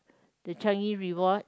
the Changi rewards